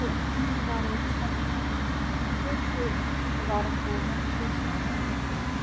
تہٕ ہیٖنٛگ وَرٲے چھَنہٕ کٲنٛسے گَرَس منٛز ڈِش تَیار گژھان